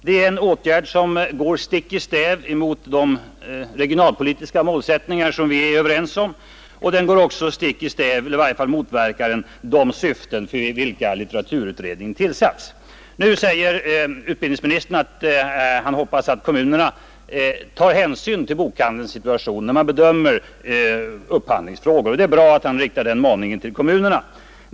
Det är en åtgärd som går stick i stäv emot de regionalpolitiska målsättningar som vi är överens om, och den går även stick i stäv emot, eller i varje motverkar den, de syften för vilka litteraturutredningen tillsatts. Utbildningsministern säger att han hoppas att kommunerna tar hänsyn till bokhandelns situation, när man bedömer upphandlingsfrågor. Det är bra att han riktar den maningen till kommunerna.